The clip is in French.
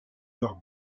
leurs